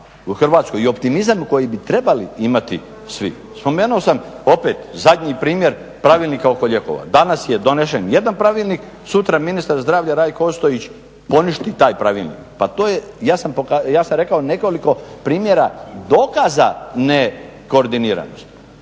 u Hrvatskoj i optimizam koji bi trebali imati svi. Spomenuo sam opet zadnji primjer Pravilnika oko lijekova. Danas je donesen jedan pravilnik, sutra ministar zdravlja Rajko Ostojić poništi taj pravilnik. Pa to je, ja sam rekao nekoliko primjera dokaza ne koordiniranosti.